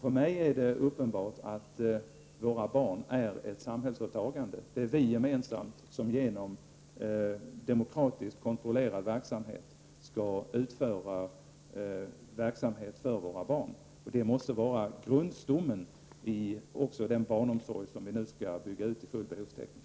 För mig är det uppenbart att våra barn är ett samhällsåtagande. Det är vi gemensamt som genom demokratiskt kontrollerad verksamhet skall utforma verksamheten för våra barn. Det måste vara grundstommen också i den barnomsorg som vi nu skall bygga ut till full behovstäckning.